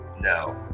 No